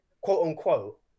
quote-unquote